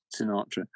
Sinatra